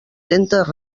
centes